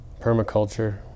permaculture